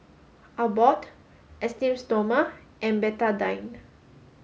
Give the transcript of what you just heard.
Abbott Esteem Stoma and Betadine